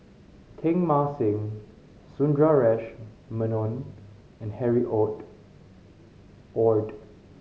Teng Mah Seng Sundaresh Menon and Harry Ord